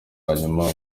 hanyuma